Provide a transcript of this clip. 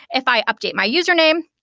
if i update my username,